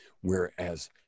whereas